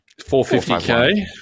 450k